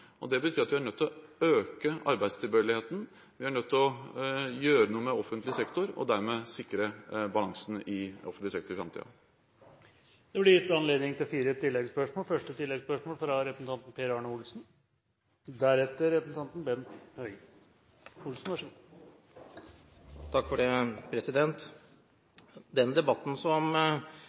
Det betyr at vi er nødt til å øke arbeidstilbøyeligheten, vi er nødt til å gjøre noe med offentlig sektor og dermed sikre balansen i offentlig sektor i framtiden. Det blir gitt anledning til fire oppfølgingsspørsmål – først representanten Per Arne Olsen. Den debatten som representanten Jensen forsøkte å reise – og som i og for